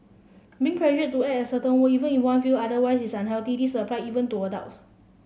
being pressured to act a certain way even if one feels otherwise is unhealthy this apply even to adults